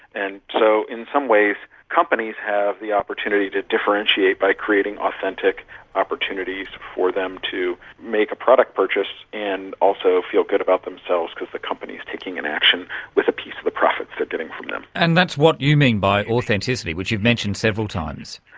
and so in some ways companies have the opportunity to differentiate by creating authentic opportunities for them to make a product purchase and also feel good about themselves because the company taking an action with a piece of the profits they are getting from them. and that's what you mean by authenticity, which you've mentioned several times.